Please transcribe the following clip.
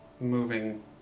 moving